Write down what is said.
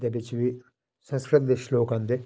दे बिच बी संस्कृत दे श्लोक औंदे